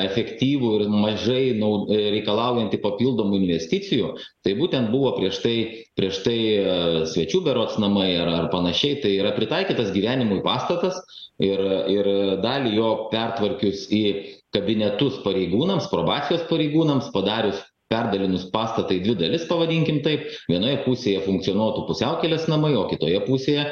efektyvų ir mažai nau reikalaujantį papildomų investicijų tai būtent buvo prieš tai prieš tai ir svečių berods nama ir panašiai tai yra pritaikytas gyvenimui pastatas ir ir dalį jo pertvarkius į kabinetus pareigūnams probacijos pareigūnams padarius perdalinus pastatą į dvi dalis pavadinkim taip vienoje pusėje funkcionuotų pusiaukelės namai o kitoje pusėje